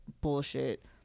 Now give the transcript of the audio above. bullshit